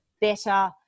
better